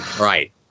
Right